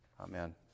Amen